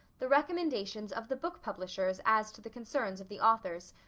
the recommendations of the book publishers as to the concerns of the authors,